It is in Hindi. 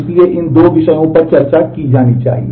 इसलिए इन दो विषयों पर चर्चा की जानी चाहिए